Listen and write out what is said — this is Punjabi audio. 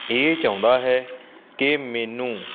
ਇਹ ਚਾਹੁੰਦਾ ਹੈ ਕਿ ਮੈਨੂੰ